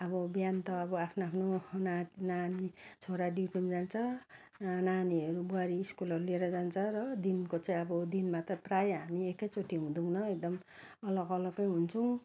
अब बिहान त अब आफ्नो आफ्नो नानी छोरा ड्युटीमा जान्छ नानीहरू बुहारी स्कुलहरू लिएर जान्छ र दिनको चाहिँ अब दिनमा त प्रायः हामी एक चोटि हुँदैनौँ एकदम अलग अलग्गै हुन्छौँ